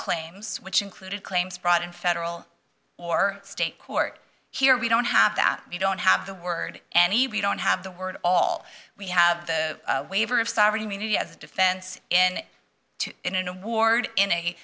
claims which included claims brought in federal or state court here we don't have that we don't have the word any we don't have the word all we have the waiver of sovereign immunity as defense in two in an award in